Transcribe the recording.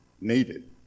needed